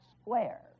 square